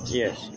yes